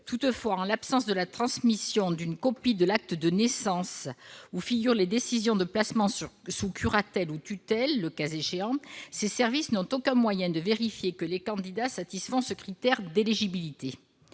Toutefois, en l'absence de la transmission d'une copie de l'acte de naissance, où figurent les décisions de placement sous curatelle ou tutelle le cas échéant, ces services n'ont aucun moyen de vérifier que les candidats satisfont ce critère d'éligibilité.